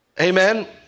amen